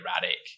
erratic